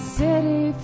city